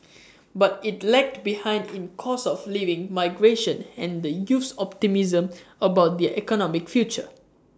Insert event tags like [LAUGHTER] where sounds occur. [NOISE] but IT lagged behind in cost of living migration and the youth's optimism about their economic future